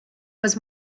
was